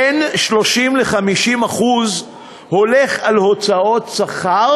בין 30% ל-50% הולך על הוצאות שכר